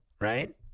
Right